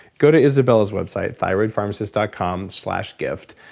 go to izabella's website thyroidpharmacist dot com slash gift.